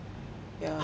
yeah